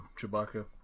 Chewbacca